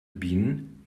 bienen